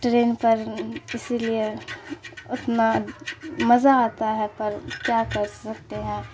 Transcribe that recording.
train پر اسی لیے اتنا مزہ آتا ہے پر کیا کر سکتے ہیں